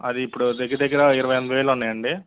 అది ఇప్పుడు దగ్గరదగ్గర ఇరవై ఐదు వేలు ఉ న్నాయండి